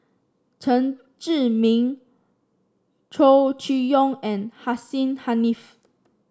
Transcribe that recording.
Chen Zhiming Chow Chee Yong and Hussein Haniff